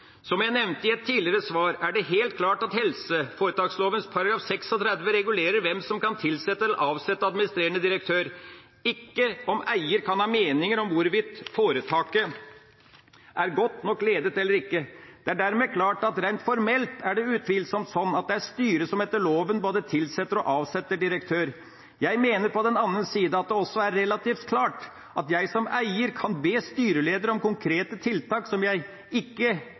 «Som jeg nevnte i et tidligere svar, er det helt klart at helseforetaksloven § 36 regulerer hvem som kan tilsette eller avsette administrerende direktør, ikke om eier kan ha meninger om hvorvidt foretaket er godt nok ledet eller ikke. Det er dermed klart at rent formelt er det utvilsomt sånn at det er styret som etter loven både tilsetter og avsetter administrerende direktør. Jeg mener på den annen side at det også er relativt klart at jeg som eier kan be styreleder om konkrete tiltak som ikke ligger til meg å beslutte i foretaksmøtet. Jeg